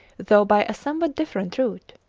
though by a somewhat different route.